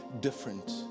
different